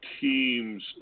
teams